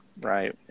right